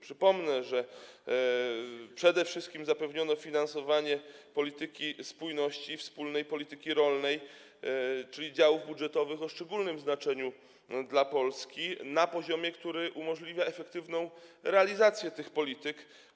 Przypomnę, że przede wszystkim zapewniono finansowanie polityki spójności i wspólnej polityki rolnej, czyli działów budżetowych o szczególnym znaczeniu dla Polski, na poziomie, który umożliwia efektywną realizację tych polityk.